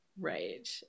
right